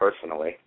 personally